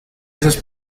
esas